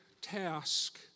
task